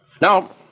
Now